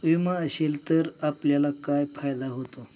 विमा असेल तर आपल्याला काय फायदा होतो?